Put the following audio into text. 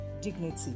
dignity